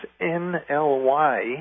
N-L-Y